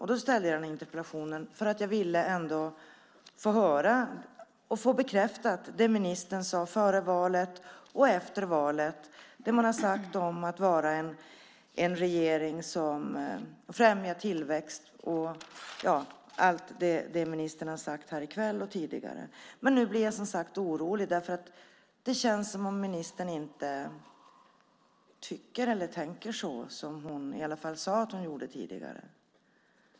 Jag väckte interpellationen för att jag ville få bekräftat det ministern sade före valet och efter valet, nämligen att regeringen ska främja tillväxt och allt det ministern har sagt i kväll och tidigare. Men nu blir jag, som sagt, orolig. Det känns som om ministern inte tycker eller tänker som hon sade att hon gjorde tidigare.